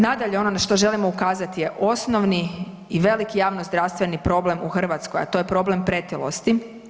Nadalje, ono na što želimo ukazati je osnovni i veliki javnozdravstveni problem u Hrvatskoj, a to je problem pretilosti.